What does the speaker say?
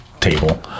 table